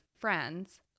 friends